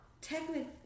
technically